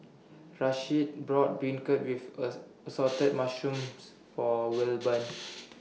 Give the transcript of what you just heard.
Rasheed bought Beancurd with as Assorted Mushrooms For Wilburn